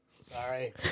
Sorry